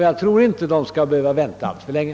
Jag tror inte heller att de skall behöva vänta alltför länge.